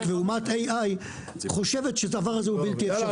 ואומת AI חושבת שהדבר הזה בלתי אפשרי.